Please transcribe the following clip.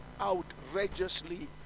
outrageously